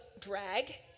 drag